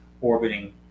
orbiting